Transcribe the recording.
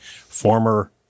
former